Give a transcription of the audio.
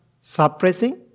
suppressing